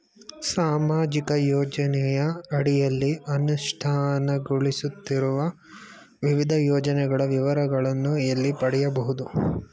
ಸಾಮಾಜಿಕ ಯೋಜನೆಯ ಅಡಿಯಲ್ಲಿ ಅನುಷ್ಠಾನಗೊಳಿಸುತ್ತಿರುವ ವಿವಿಧ ಯೋಜನೆಗಳ ವಿವರಗಳನ್ನು ಎಲ್ಲಿ ಪಡೆಯಬಹುದು?